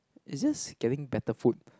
is this getting better food